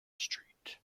street